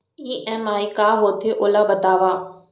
EMI का होथे, ओला बतावव